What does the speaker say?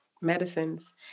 medicines